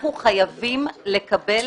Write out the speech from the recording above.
אנחנו חייבים לקבל